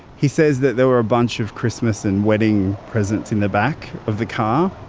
he says that there were a bunch of christmas and wedding presents in the back of the car.